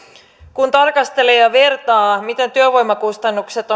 kun tarkastelee ja vertaa miten työvoimakustannukset